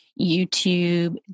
YouTube